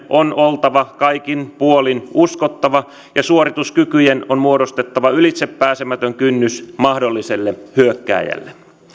on oltava kaikin puolin uskottava ja suorituskykyjen on muodostettava ylitsepääsemätön kynnys mahdolliselle hyökkääjälle